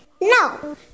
No